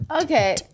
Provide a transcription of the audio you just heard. Okay